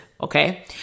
okay